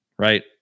right